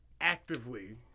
actively